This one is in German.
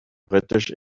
britisch